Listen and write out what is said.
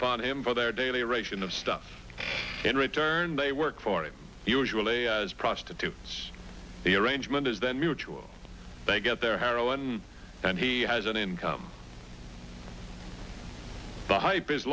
upon him for their daily ration of stuff in return they work for him usually as prostitutes the arrangement is then mutual they get their heroin and he has an income the hype is